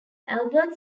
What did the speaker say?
albert